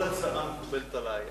כל הצעה מקובלת עלי.